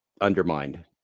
undermined